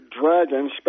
Dragon